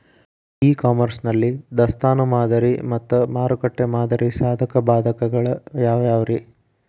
E commerce ನಲ್ಲಿ ದಾಸ್ತಾನು ಮಾದರಿ ಮತ್ತ ಮಾರುಕಟ್ಟೆ ಮಾದರಿಯ ಸಾಧಕ ಬಾಧಕಗಳ ಯಾವವುರೇ?